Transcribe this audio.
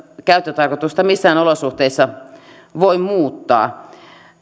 käyttötarkoitusta missään olosuhteissa voi muuttaa